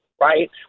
right